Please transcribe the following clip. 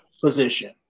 position